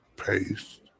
Paste